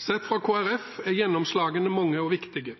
Sett fra Kristelig Folkepartis side er gjennomslagene mange og viktige.